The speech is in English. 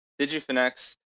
Digifinex